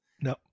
No